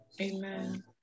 Amen